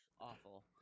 awful